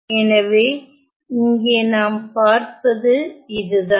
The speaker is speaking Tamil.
எனவே இங்கே நாம் பார்ப்பது இதுதான்